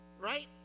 right